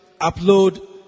upload